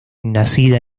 nacida